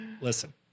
listen